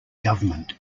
government